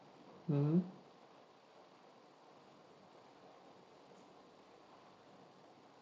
mmhmm